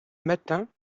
matin